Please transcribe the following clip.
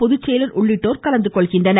பொதுச்செயலர் உள்ளிட்டோர் கலந்துகொள்கின்றனர்